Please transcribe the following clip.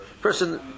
person